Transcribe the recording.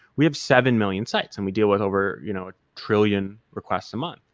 we have seven million sites and we deal with over you know a trillion requests a month.